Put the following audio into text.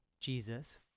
Jesus